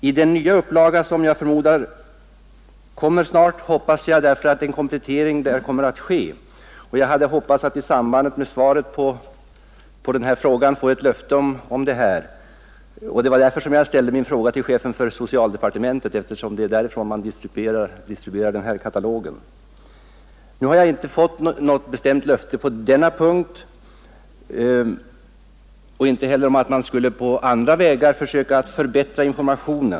I den nya upplaga som jag förmodar snart skall komma hoppas jag därför att en komplettering i detta avseende kommer att ske. Jag hade hoppats att i samband med svaret på min fråga få ett löfte om detta. Det var också anledningen till att jag ställde min fråga till chefen för socialdepartementet — socialkatalogen distribueras nämligen från detta departement. Nu har jag inte fått något bestämt löfte på denna punkt och inte heller något besked om att man på andra vägar skall försöka förbättra informationen.